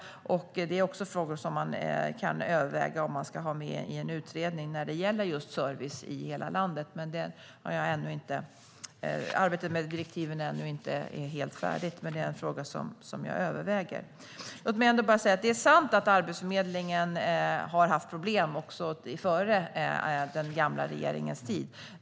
Det är också frågor som man kan överväga att ha med i en utredning som gäller service i hela landet. Arbetet med direktiven är ännu inte färdigt, och det är en fråga som jag överväger. Låt mig sedan bara säga att det är sant att Arbetsförmedlingen har haft problem också före den gamla regeringens tid.